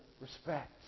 respect